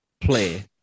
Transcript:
play